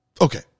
okay